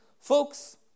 Folks